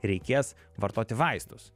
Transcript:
reikės vartoti vaistus